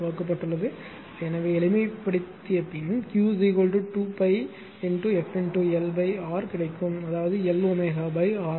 வகுக்கப்பட்டுள்ளது எனவே எளிமைப்படுத்திய பின் Q 2 pi f L R கிடைக்கும் அதாவது L ω R